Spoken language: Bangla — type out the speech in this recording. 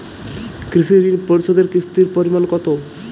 কৃষি ঋণ পরিশোধের কিস্তির পরিমাণ কতো?